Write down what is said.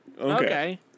Okay